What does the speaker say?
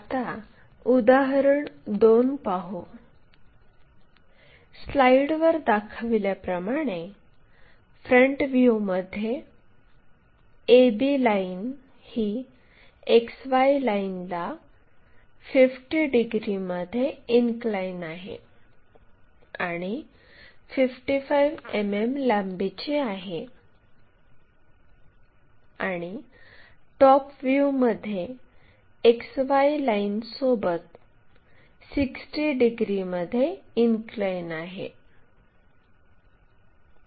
आता उदाहरण 2 पाहू स्लाइडवर दाखविल्याप्रमाणे फ्रंट व्ह्यूमध्ये AB लाईन ही XY लाईनला 50 डिग्रीमध्ये इनक्लाईन आहे आणि 55 मिमी लांबीची आहे आणि टॉप व्ह्यूमध्ये XY लाईनसोबत 60 डिग्रीमध्ये इनक्लाईन आहे